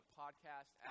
podcast